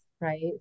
right